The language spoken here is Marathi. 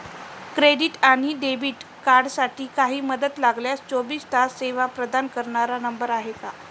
क्रेडिट आणि डेबिट कार्डसाठी काही मदत लागल्यास चोवीस तास सेवा प्रदान करणारा नंबर आहे का?